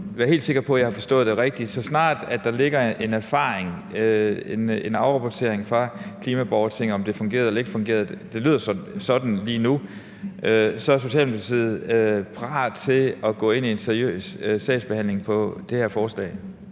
være helt sikker på, at jeg har forstået det rigtigt: Så snart der ligger en erfaring, en afrapportering fra klimaborgertinget om, om det fungerede eller ikke fungerede – det lyder sådan lige nu – så er Socialdemokratiet parat til at gå ind i en seriøs sagsbehandling af det her forslag?